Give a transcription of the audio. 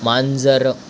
मांजर